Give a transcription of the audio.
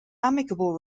amicable